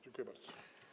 Dziękuję bardzo.